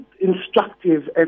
instructive